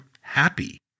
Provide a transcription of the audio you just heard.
happy